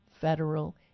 federal